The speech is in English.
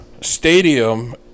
stadium